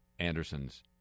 Anderson's